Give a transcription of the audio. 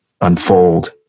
unfold